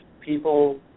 people